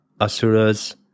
Asura's